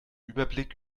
überblick